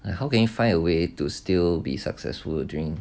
like how can you find a way to still be successful during